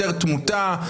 יותר תמותה,